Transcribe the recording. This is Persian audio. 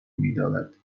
میدارد